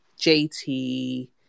jt